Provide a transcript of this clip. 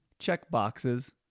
checkboxes